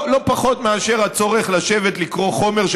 לא פחות מאשר הצורך לשבת ולקרוא חומר,